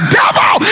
devil